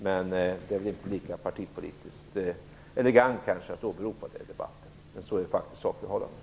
Men det är väl kanske inte lika partipolitiskt elegant att åberopa det i debatten. Så är faktiskt sakförhållandet.